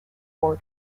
war